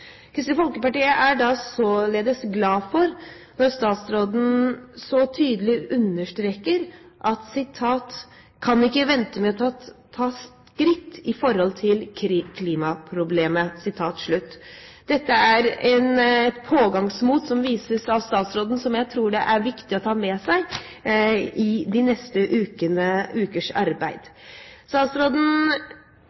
Kristelig Folkeparti er således glad for at statsråden så tydelig understreker at «vi kan ikke vente med å ta skritt» i forhold til klimaproblemet. Det pågangsmot som vises av statsråden, tror jeg er viktig å ta med seg i de neste ukers arbeid.